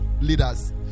leaders